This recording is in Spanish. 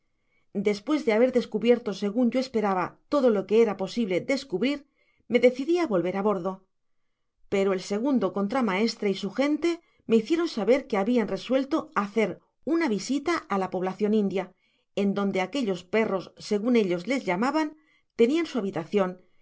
despues de haber descubierto segun yo esperaba todo lo que era posible descubrir me decidi á volver á bordo pero el segando contramaestre y su gente me hicieron saber que habian resuelto hacer una visita á la poblacion india en donde aquellos perros segun ellos los llamaban tenian su habitacion